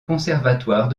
conservatoire